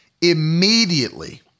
immediately